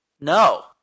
No